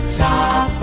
top